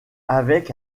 avec